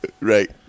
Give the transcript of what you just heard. Right